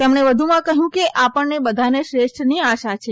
તેમણે વધુમાં કહ્યું કે આપણને બધાને શ્રેષ્ઠની આશા છે